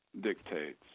dictates